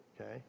Okay